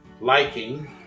liking